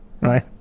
right